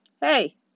Hey